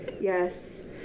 Yes